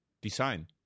design